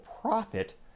profit